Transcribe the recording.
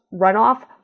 runoff